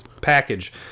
Package